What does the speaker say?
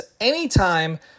anytime